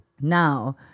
now